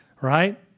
right